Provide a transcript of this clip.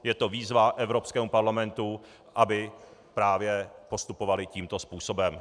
Je to výzva Evropskému parlamentu, aby právě postupoval tímto způsobem.